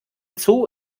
zoo